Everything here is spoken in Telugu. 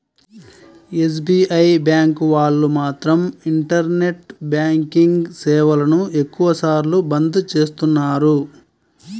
ఎస్.బీ.ఐ బ్యాంకు వాళ్ళు మాత్రం ఇంటర్నెట్ బ్యాంకింగ్ సేవలను ఎక్కువ సార్లు బంద్ చేస్తున్నారు